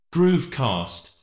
Groovecast